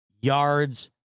yards